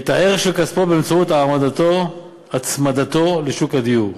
את הערך של כספו באמצעות הצמדתו לשוק הדיור.